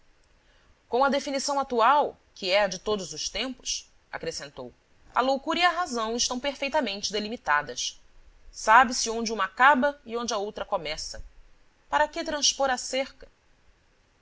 com a definição atual que é a de todos os tempos acrescentou a loucura e a razão estão perfeitamente delimitadas sabe-se onde uma acaba e onde a outra começa para que transpor a cerca